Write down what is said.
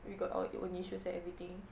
we got our own issues and everything